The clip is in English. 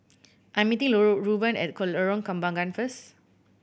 I am meeting Reuben at Lorong Kembagan first